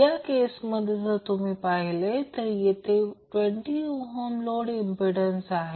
या केसमध्ये जर तुम्ही पाहिले तर येथे 20 ओहम लोड इंम्प्पिडन्स आहे